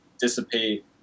dissipate